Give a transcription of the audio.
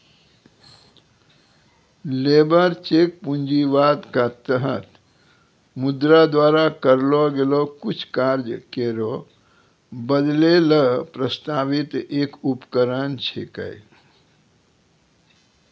labour check पूंजीवाद क तहत मुद्रा द्वारा करलो गेलो कुछ कार्य केरो बदलै ल प्रस्तावित एक उपकरण छिकै